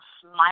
smile